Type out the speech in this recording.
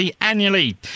annually